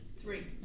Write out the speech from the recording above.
Three